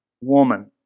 woman